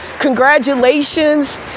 Congratulations